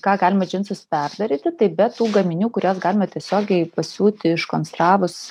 ką galima džinsus perdaryti tai be tų gaminių kuriuos galima tiesiogiai pasiūti iškonstravus